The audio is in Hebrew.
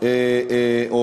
או